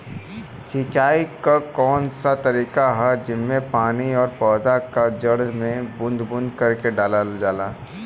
सिंचाई क कउन सा तरीका ह जेम्मे पानी और पौधा क जड़ में बूंद बूंद करके डालल जाला?